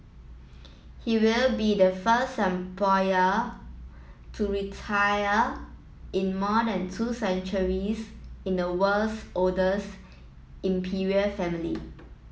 he will be the first emperor to retire in more than two centuries in the world's oldest imperial family